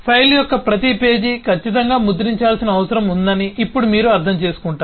file యొక్క ప్రతి పేజీ ఖచ్చితంగా ముద్రించాల్సిన అవసరం ఉందని ఇప్పుడు మీరు అర్థం చేసుకుంటారు